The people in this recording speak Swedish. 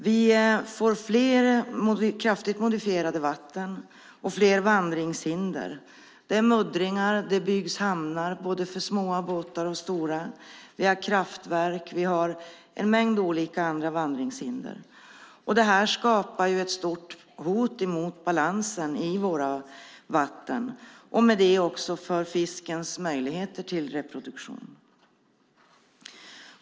Vi får fler kraftigt modifierade vatten och fler vandringshinder. Det är muddringar. Det byggs hamnar för både små båtar och stora. Vi har kraftverk och en mängd andra vandringshinder. Det här skapar ett stort hot mot balansen i våra vatten och med det också mot fiskens möjligheter till reproduktion.